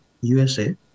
USA